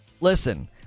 Listen